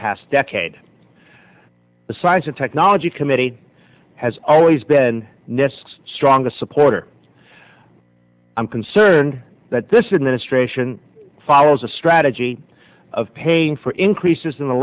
past decade the science and technology committee has always been nests strongest supporter i'm concerned that this administration follows a strategy of paying for increases in the